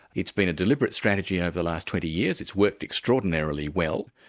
it's been a deliberate strategy over the last twenty years, it's worked extraordinarily well,